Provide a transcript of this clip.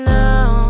now